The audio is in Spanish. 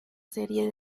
serie